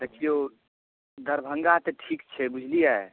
देखिऔ दरभंगा तऽ ठीक छै बुझलियै